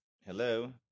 Hello